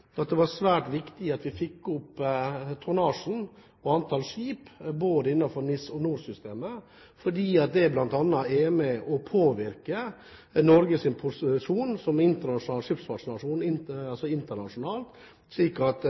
at det var svært viktig at vi fikk opp tonnasjen og antall skip innenfor både NIS- og NOR-systemet, for det er bl.a. med på å påvirke Norges posisjon som skipsfartsnasjon